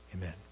amen